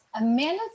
Amanda